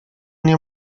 nie